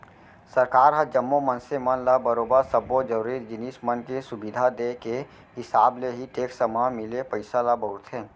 सरकार ह जम्मो मनसे मन ल बरोबर सब्बो जरुरी जिनिस मन के सुबिधा देय के हिसाब ले ही टेक्स म मिले पइसा ल बउरथे